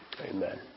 Amen